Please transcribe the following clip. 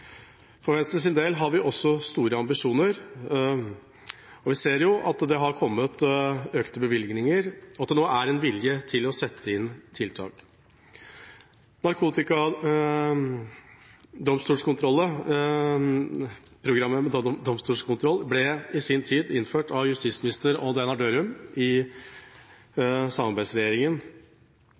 For Venstres del har vi også store ambisjoner, og vi ser at det har kommet økte bevilgninger, og at det nå er en vilje til å sette inn tiltak. Narkotikaprogram med domstolskontroll ble i sin tid innført av justisminister Odd Einar Dørum i